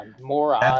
more